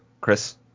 Chris